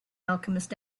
alchemist